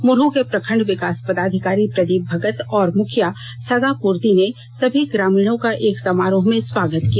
मुरहू के प्रखंड विकास पदाधिकारी प्रदीप भगत और मुखिया सगा पूर्ति ने सभी ग्रामीणों को एक समारोह में स्वागत किया